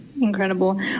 incredible